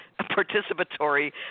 participatory